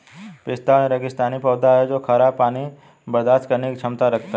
पिस्ता एक रेगिस्तानी पौधा है और खारा पानी बर्दाश्त करने की क्षमता रखता है